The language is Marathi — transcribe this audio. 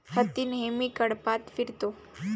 हत्ती नेहमी कळपात फिरतो